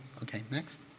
okay, next.